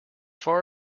far